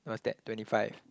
no is that twenty five